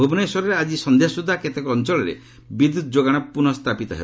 ଭୁବନେଶ୍ୱରରେ ଆଜି ସନ୍ଧ୍ୟାସୁଦ୍ଧା କେତେକ ଅଞ୍ଚଳରେ ବିଦ୍ୟୁତ୍ ଯୋଗାଣ ପୁନଃ ସ୍ଥାପିତ ହେବ